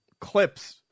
clips